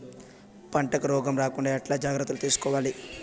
పంటకు రోగం రాకుండా ఎట్లా జాగ్రత్తలు తీసుకోవాలి?